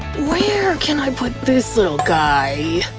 where can i put this little guy?